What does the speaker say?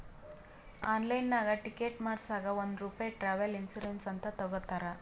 ಆನ್ಲೈನ್ನಾಗ್ ಟಿಕೆಟ್ ಮಾಡಸಾಗ್ ಒಂದ್ ರೂಪೆ ಟ್ರಾವೆಲ್ ಇನ್ಸೂರೆನ್ಸ್ ಅಂತ್ ತಗೊತಾರ್